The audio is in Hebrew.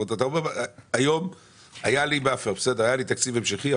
אתה אומר שהיום היה לך תקציב ממשלתי,